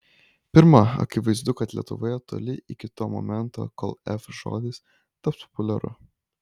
pirma akivaizdu kad lietuvoje toli iki to momento kol f žodis taps populiariu